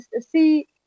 see